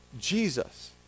Jesus